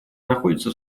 находится